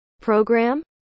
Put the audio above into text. program